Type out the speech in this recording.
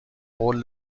قول